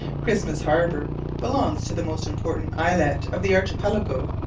christmas harbour belongs to the most important islet of the archipelago,